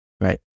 Right